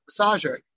massager